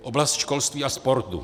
Oblast školství a sportu.